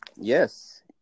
yes